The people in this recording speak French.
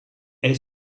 est